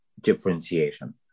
differentiation